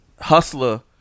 Hustler